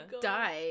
die